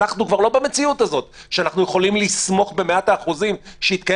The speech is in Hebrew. אנחנו כבר לא במציאות הזאת שאנחנו יכולים לסמוך במאת האחוזים שיתקיים